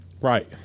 Right